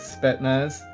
Spetnaz